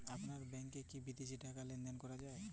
আপনার ব্যাংকে কী বিদেশিও টাকা লেনদেন করা যায়?